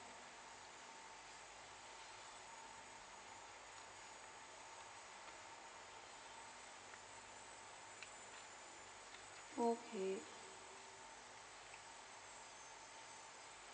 okay